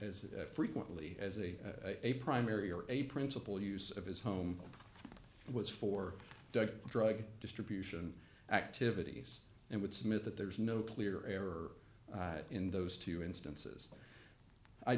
as frequently as a a primary or a principal use of his home was for drug distribution activities and would submit that there is no clear error in those two instances i